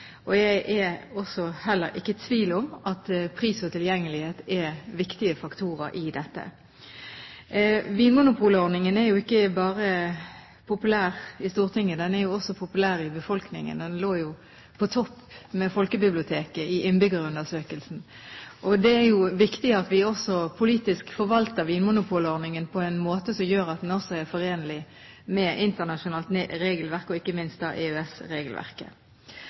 forbruk. Jeg er heller ikke i tvil om at pris og tilgjengelighet er viktige faktorer i dette. Vinmonopolordningen er ikke bare populær i Stortinget, den er også populær i befolkningen. Den lå på topp med folkebiblioteket i Innbyggerundersøkelsen. Det er viktig at vi også politisk forvalter vinmonopolordningen på en måte som gjør at den også er forenelig med internasjonalt regelverk, og ikke minst